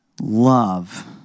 Love